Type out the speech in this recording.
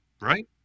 Right